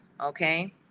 Okay